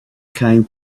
came